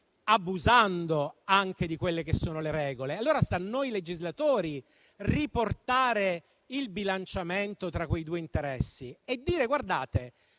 abusando anche di quelle che sono le regole. E allora sta a noi legislatori riportare il bilanciamento tra quei due interessi e dire che